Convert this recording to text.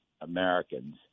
Americans